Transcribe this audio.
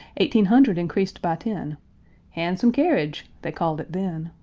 eighteen hundred increased by ten hahnsum kerridge they called it then.